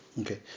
Okay